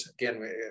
again